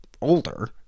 older